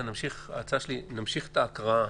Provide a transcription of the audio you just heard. ההצעה שלי שנמשיך את ההקראה,